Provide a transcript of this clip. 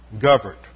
governed